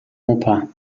opa